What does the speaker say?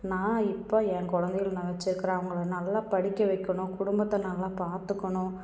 நான் இப்போ என் குழந்தைகள வச்சிருக்கிறேன் அவங்களை நல்லா படிக்க வைக்கணும் குடும்பத்தை நல்லா பார்த்துக்குணும்